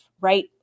right